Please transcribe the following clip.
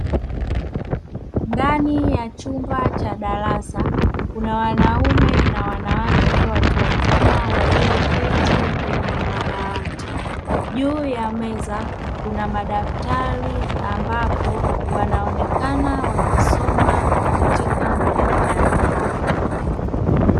Ndani ya chumba cha darasa kuna wanaume na wanawake watu wazima walioketi kwenye madawati, juu ya meza kuna madaftari ambapo wanaonekana wakisoma katika madaftari hayo.